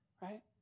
right